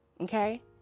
Okay